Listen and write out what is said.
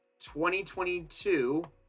2022